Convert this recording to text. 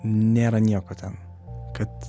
nėra nieko ten kad